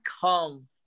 come